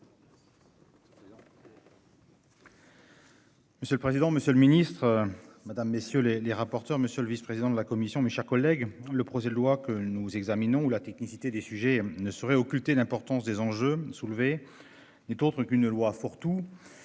Monsieur le président, Monsieur le Ministre. Mesdames, messieurs les les rapporteurs, monsieur le vice-président de la commission. Mes chers collègues. Le projet de loi que nous examinons ou la technicité des sujets ne saurait occulter l'importance des enjeux soulevés n'est autre qu'une loi fourre-tout.